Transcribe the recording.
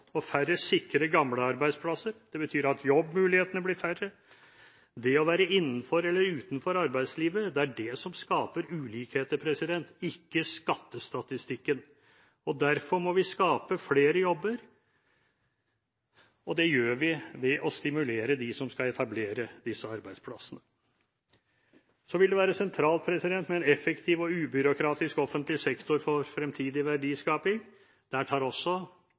og færre sikre, gamle arbeidsplasser. Det betyr at jobbmulighetene blir færre. Det å være innenfor eller utenfor arbeidslivet er det som skaper ulikheter, ikke skattestatistikken. Derfor må vi skape flere jobber, og det gjør vi ved å stimulere dem som skal etablere disse arbeidsplassene. Så vil det være sentralt med en effektiv og ubyråkratisk offentlig sektor for fremtidig verdiskaping. Der tar også